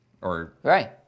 Right